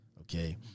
okay